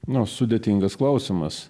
nu sudėtingas klausimas